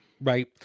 Right